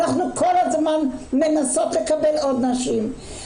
אנחנו כל הזמן מנסות לקבל עוד נשים,